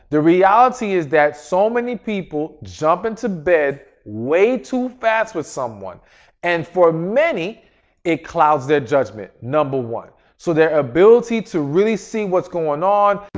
the reality is that so many people jump into bed way too fast with someone and for many it clouds their judgment number one. so, their ability to really see what's going on.